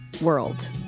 world